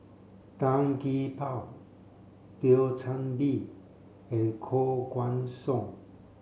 Tan Gee Paw Thio Chan Bee and Koh Guan Song